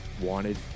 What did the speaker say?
wanted